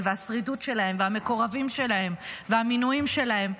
והשרידות שלהם והמקורבים שלהם והמינויים שלהם,